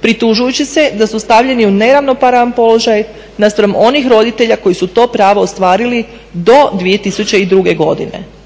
Pritužujući se da su stavljeni u neravnopravan položaj naspram onih roditelja koji su to pravo ostvarili do 2002. godine